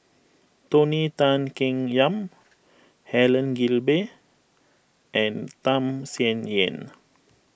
Tony Tan Keng Yam Helen Gilbey and Tham Sien Yen